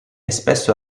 spesso